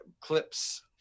clips